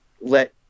let